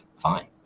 fine